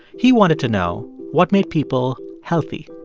he wanted to know what made people healthy.